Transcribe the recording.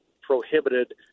prohibited